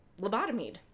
lobotomied